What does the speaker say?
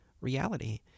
reality